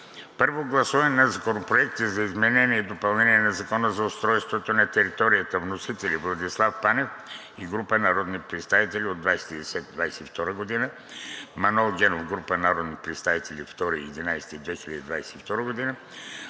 Първо гласуване на Законопроекти за изменение и допълнение на Закона за устройство на територията. Вносители – Владислав Панев и група народни представители, 20 октомври 2022 г.; Манол Генов и група народни представители, 2 ноември